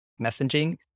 messaging